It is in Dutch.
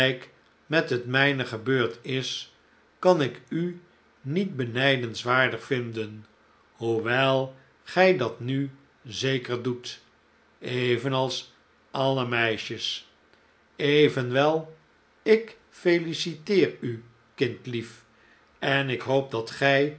met het mijne gebeurd is kan ik u niet benijdenswaardig vinden hoewel gij dat nu zeker doet evenals alle meisjes evenwel ik feliciteer u kindlief en ik hoop dat gij